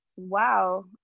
Wow